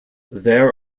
there